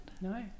No